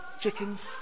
Chickens